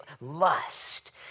lust